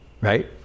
right